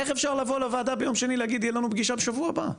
איך אפשר לבוא לוועדה ביום שני ולהגיד שתהיה לנו פגישה בשבוע הבא?